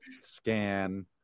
Scan